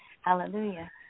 Hallelujah